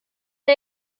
der